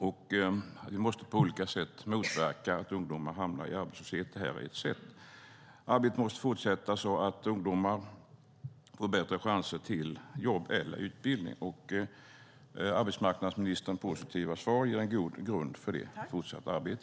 Vi måste på olika sätt motverka att ungdomar hamnar i arbetslöshet, och det här är ett sätt. Arbetet måste fortsätta så att ungdomar får bättre chanser till jobb eller utbildning. Arbetsmarknadsministerns positiva svar ger en god grund för detta fortsatta arbete.